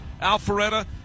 Alpharetta